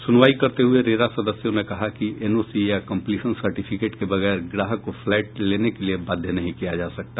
सुनवाई करते हुये रेरा सदस्यों ने कहा कि एनओसी या कंपलीशन सर्टिफिकेट के बगैर ग्राहक को फ्लैट लेने के लिये बाध्य नहीं किया जा सकता